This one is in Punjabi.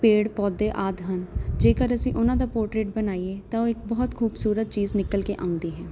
ਪੇੜ ਪੌਦੇ ਆਦਿ ਹਨ ਜੇਕਰ ਅਸੀਂ ਉਹਨਾਂ ਦਾ ਪੋਰਟਰੇਟ ਬਣਾਈਏ ਤਾਂ ਉਹ ਇੱਕ ਬਹੁਤ ਖੂਬਸੂਰਤ ਚੀਜ਼ ਨਿਕਲ ਕੇ ਆਉਂਦੀ ਹੈ